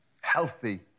Healthy